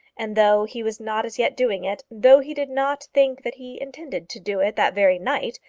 and though he was not as yet doing it, though he did not think that he intended to do it that very night,